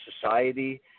society